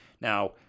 Now